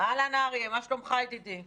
החלנו את ההמלצות ואת הקריטריונים